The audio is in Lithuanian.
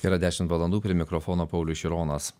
yra dešimt valandų prie mikrofono paulius šironas